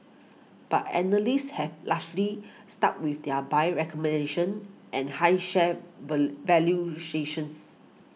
but analysts have largely stuck with their buy recommendations and high share were